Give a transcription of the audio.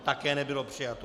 Také nebylo přijato.